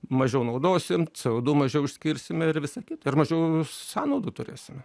mažiau naudosime c o du mažiau išskirsime ir visa kita ir mažiau sąnaudų turėsim